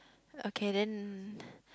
okay then